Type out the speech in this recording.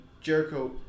Jericho